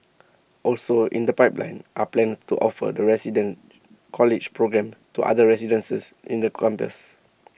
also in the pipeline are plans to offer the resident college programmes to other residences in the campus